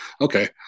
okay